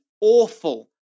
awful